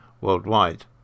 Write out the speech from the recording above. worldwide